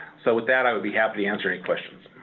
so with that, i will be happy to answer any questions.